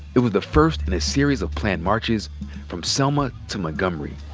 it was the first in a series of planned marches from selma to montgomery.